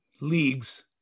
leagues